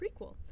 Prequel